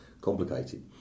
complicated